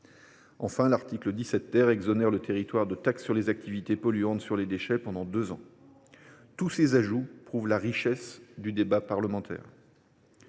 Enfin, l’article 17 exonère le territoire de taxe générale sur les activités polluantes sur les déchets pendant deux ans. Tous ces ajouts témoignent de la richesse du débat parlementaire.